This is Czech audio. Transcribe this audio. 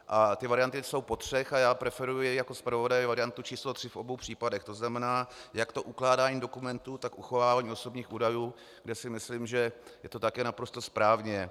A ty varianty jsou po třech, já preferuji jako zpravodaj variantu číslo tři v obou případech, to znamená, jak to ukládání dokumentů, tak uchovávání osobních údajů, kde si myslím, že je to také naprosto správně.